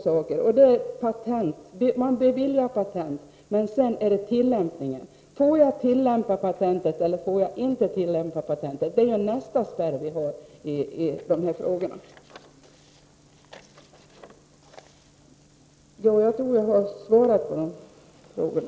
Man kan visserligen bevilja patent, men sedan är det fråga om tillämpningen. Det gäller huruvida man får tillämpa patentet eller inte. Det är nästa spärr. Jag tror att jag härmed har svarat på frågorna.